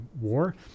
war